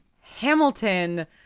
hamilton